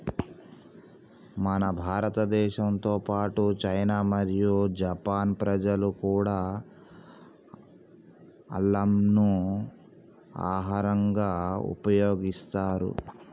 మన భారతదేశంతో పాటు చైనా మరియు జపాన్ ప్రజలు కూడా అల్లంను ఆహరంగా ఉపయోగిస్తారు